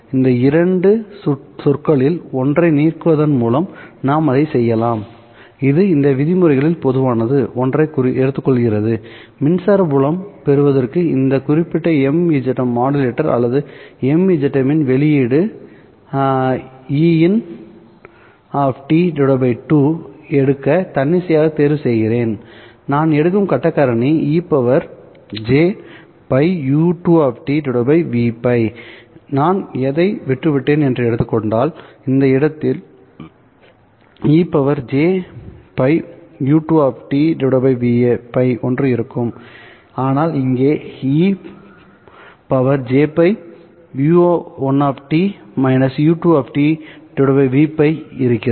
இந்த இரண்டு சொற்களில் ஒன்றை நீக்குவதன் மூலம் நாம் அதைச் செய்யலாம் அது இந்த விதிமுறைகளில் பொதுவானது ஒன்றை எடுத்துக்கொள்கிறது மின்சாரத புலம் பெறுவதற்கு இந்த குறிப்பிட்ட MZM மாடுலேட்டர் அல்லது MZM இன் வெளியீடு ஐன் 2 எடுக்க தன்னிச்சையாக தேர்வு செய்கிறேன்நான் எடுக்கும் கட்ட காரணி நான் எதை விட்டுவிடுவேன் என்று எடுத்துக்கொண்டால் இந்த இடத்தில் ஒன்று இருக்கும் ஆனால் இங்கே இருக்கிறது